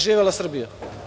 Živela Srbija!